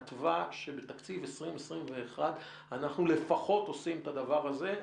מתווה שבתקציב 2021 אנחנו לפחות עושים את הדבר הזה.